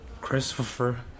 Christopher